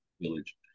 village